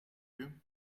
you